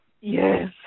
Yes